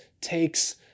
takes